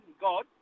God